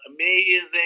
amazing